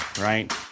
right